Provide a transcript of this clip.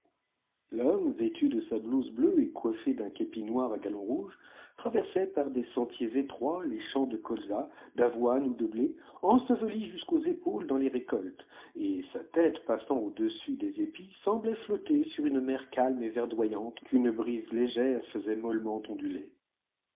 l'homme vêtu de sa blouse bleue et coiffé d'un képi noir à galon rouge traversait par des sentiers étroits les champs de colza d'avoine ou de blé enseveli jusqu'aux épaules dans les récoltes et sa tête passant au-dessus des épis semblait flotter sur une mer calme et verdoyante qu'une brise légère faisait mollement onduler